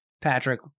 Patrick